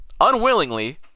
unwillingly